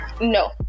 no